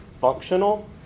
functional